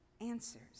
answers